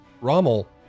Rommel